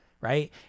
Right